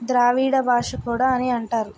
ద్రావిడ భాష కూడా అని అంటారు